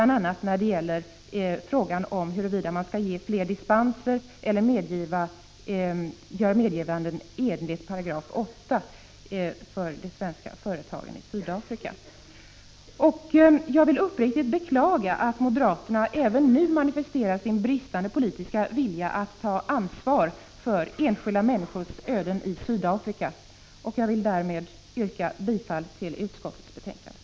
Det gäller bl.a. om man skall ge fler dispenser eller göra medgivanden enligt 8 § till de svenska företagen i Sydafrika. Jag vill uppriktigt beklaga att moderaterna även nu manifesterar sin bristande politiska vilja att ta ansvar för enskilda människors öden i Sydafrika. Därmed vill jag yrka bifall till utskottets hemställan.